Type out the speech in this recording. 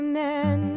men